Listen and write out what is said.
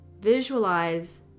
visualize